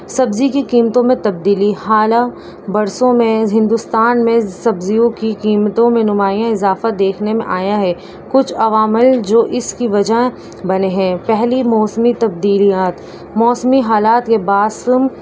سبزی کی قیمتوں میں تبدیلی حالیہ برسوں میں ہندوستان میں سبزیوں کی قیمتوں میں نمایاں اضافہ دیکھنے میں آیا ہے کچھ عوامل جو اس کی وجہ بنے ہیں پہلی موسمی تبدلیات موسمی حالات کے باعث